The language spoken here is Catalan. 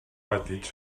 petits